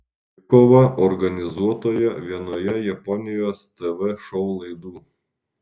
dvikovą organizuotoje vienoje japonijos tv šou laidų